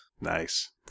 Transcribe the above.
Nice